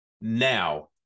Now